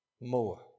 more